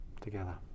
together